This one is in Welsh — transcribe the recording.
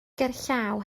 gerllaw